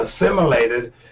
assimilated